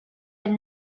had